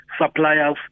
suppliers